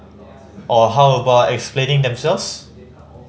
or how about explaining themselves